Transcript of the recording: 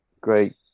great